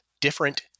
different